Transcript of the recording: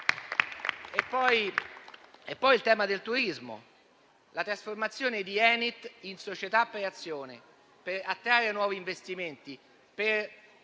vi è il tema del turismo, la trasformazione di Enit in società per azioni, per attrarre nuovi investimenti, per